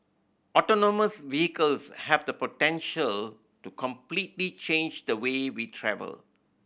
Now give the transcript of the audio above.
autonomous vehicles have the potential to completely change the way we travel